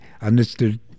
understood